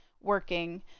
working